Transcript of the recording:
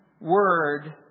word